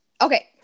Okay